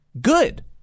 good